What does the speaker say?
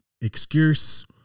excuse